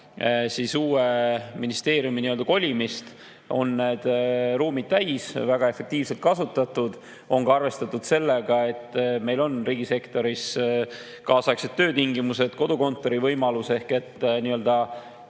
kahe uue ministeeriumi kolimist on need ruumid täis, väga efektiivselt kasutatud. On ka arvestatud sellega, et meil on riigisektoris kaasaegsed töötingimused, kodukontori võimalus. Igaühel oma lauda